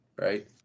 right